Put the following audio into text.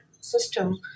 system